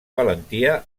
valentia